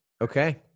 Okay